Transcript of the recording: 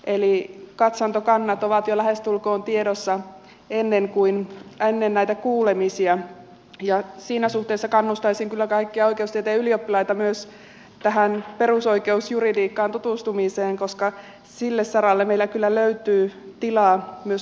eli katsantokannat ovat jo lähestulkoon tiedossa ennen näitä kuulemisia ja siinä suhteessa kannustaisin kyllä kaikkia oikeustieteen ylioppilaita myös tähän perusoikeusjuridiikkaan tutustumiseen koska sillä saralla meillä kyllä löytyy tilaa myös asiantuntijapuolella